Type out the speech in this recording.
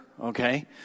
Okay